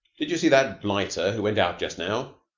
did you see that blighter who went out just now?